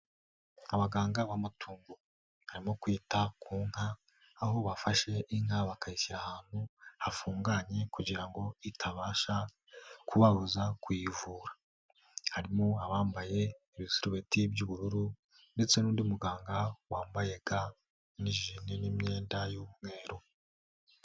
Abaganga b'amatungo barimo kwita ku nka, aho bafashe inka bakayishyira ahantu hafunganye kugira ngo itabasha kubabuza kuyivura, harimo abambaye ibisurubeti by'ubururu, ndetse n'undi muganga wambaye ga n'ijire, n'imyenda y'umweru.